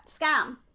scam